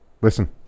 Listen